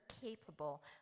capable